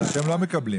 אבל אתם לא מקבלים.